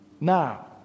Now